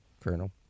Colonel